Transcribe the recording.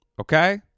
okay